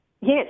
Yes